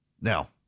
Now